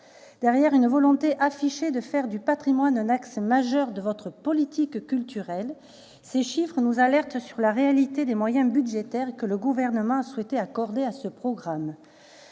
Derrière une volonté affichée de faire du patrimoine un axe majeur de votre politique culturelle, madame la ministre, ces chiffres nous alertent sur la réalité des moyens budgétaires que le Gouvernement a souhaité accorder à ce programme,